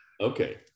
Okay